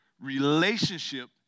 Relationship